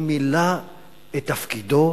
הוא מילא את תפקידו